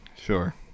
sure